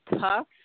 tough